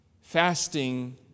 Fasting